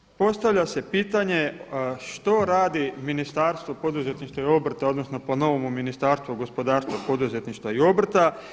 Dakle, postavlja se pitanje što radi Ministarstvo poduzetništva i obrta, odnosno po novome Ministarstvu gospodarstva, poduzetništva i obrta.